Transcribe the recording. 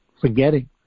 forgetting